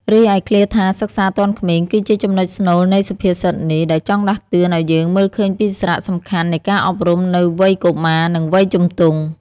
រីឯឃ្លាថាសិក្សាទាន់ក្មេង គឺជាចំណុចស្នូលនៃសុភាសិតនេះ ដែលចង់ដាស់តឿនឱ្យយើងមើលឃើញពីសារៈសំខាន់នៃការអប់រំនៅវ័យកុមារ និងវ័យជំទង់ ។